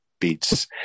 beats